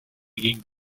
گین